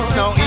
no